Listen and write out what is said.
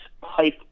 pipe